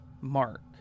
mark